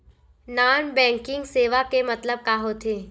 Non banking सेवा के मतलब का होथे?